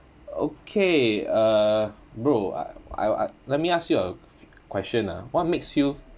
okay uh bro I I let me ask you a question ah what makes you